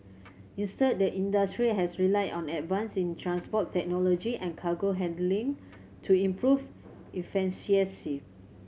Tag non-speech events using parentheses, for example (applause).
instead the industry has relied on advances in transport technology and cargo handling to improve (unintelligible)